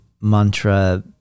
mantra